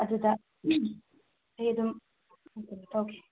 ꯑꯗꯨꯗ ꯑꯩ ꯑꯗꯨꯝ ꯀꯩꯅꯣ ꯇꯧꯒꯦ